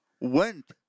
Went